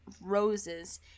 roses